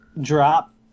drop